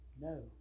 No